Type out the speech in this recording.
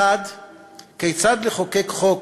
מחד גיסא, כיצד לחוקק חוק